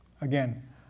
Again